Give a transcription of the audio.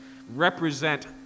represent